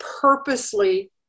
purposely